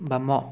ବାମ